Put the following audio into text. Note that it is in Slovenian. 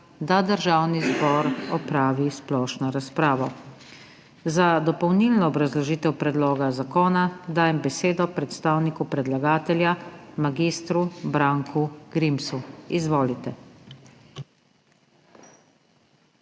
da Državni zbor opravi splošno razpravo. Za dopolnilno obrazložitev predloga zakona dajem besedo predstavniku predlagatelja mag. Branku Grimsu. Izvolite.